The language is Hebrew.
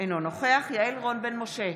אינו נוכח יעל רון בן משה,